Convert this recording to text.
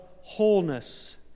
wholeness